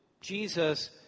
Jesus